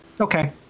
Okay